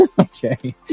okay